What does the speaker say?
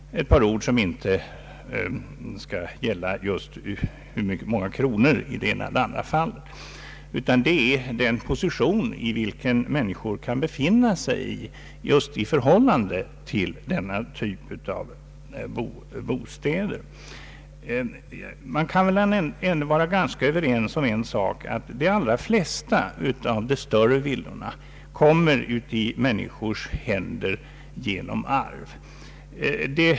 Jag ämnar inte tala om hur många kronor det blir i skatt för den ena eller andra villan, utan om i vilken position människor kan befinna sig i förhållande till denna typ av bostäder. Vi kan vara ganska överens om en sak, nämligen att de allra flesta större villor kommer i människors ägo genom arv.